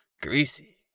Greasy